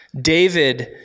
David